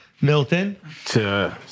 Milton